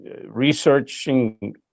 researching